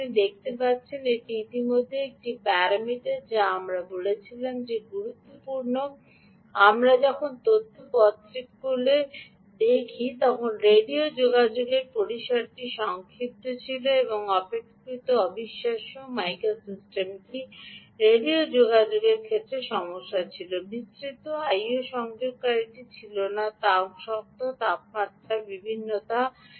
সুতরাং আপনি দেখতে পাচ্ছেন এটি ইতিমধ্যে একটি প্যারামিটার যা আমরা বলেছিলাম যে গুরুত্বপূর্ণ আমরা যখন তথ্য পত্রকগুলি দেখি তখন রেডিও যোগাযোগের পরিসরটি সংক্ষিপ্ত ছিল এবং অপেক্ষাকৃত অবিশ্বাস্যও মাইকা সিস্টেমটি রেডিও যোগাযোগের ক্ষেত্রে সমস্যা ছিল বিস্তৃত I O সংযোগকারীটি ছিল না শক্ত তাপমাত্রায় বিভিন্নতা